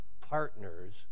partners